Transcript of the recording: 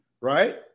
right